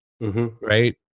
Right